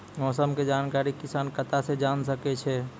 मौसम के जानकारी किसान कता सं जेन सके छै?